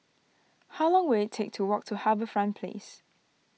how long will it take to walk to HarbourFront Place